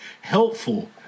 helpful